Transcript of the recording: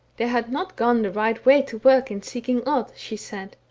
they had not gone the right way to work in seeking odd, she said,